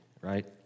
right